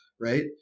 right